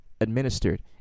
administered